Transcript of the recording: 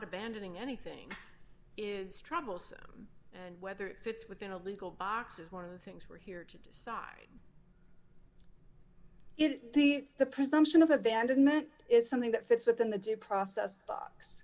abandoning anything is troublesome and whether it fits within a legal box is one of the things we're here to decide if the presumption of abandonment is something that fits within the due process box